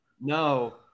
No